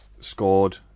scored